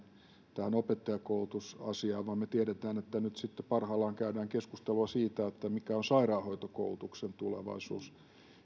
tähän opettajankoulutusasiaan vaan me tiedämme että nyt sitten parhaillaan käydään keskustelua siitä mikä on sairaanhoitokoulutuksen tulevaisuus